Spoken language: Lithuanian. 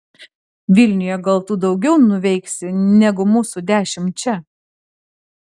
vilniuje gal tu daugiau nuveiksi negu mūsų dešimt čia